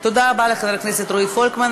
תודה רבה לחבר הכנסת רועי פולקמן.